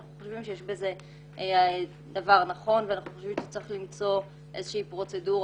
אנחנו חושבים שיש בזה דבר נכון ואנחנו חושבים שצריך למצוא איזושהי פרוצדורה